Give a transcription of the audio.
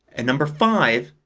and number five.